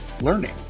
learning